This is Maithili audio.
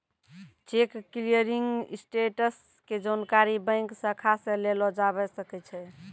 चेक क्लियरिंग स्टेटस के जानकारी बैंक शाखा से लेलो जाबै सकै छै